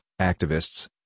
activists